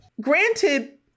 granted